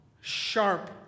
sharp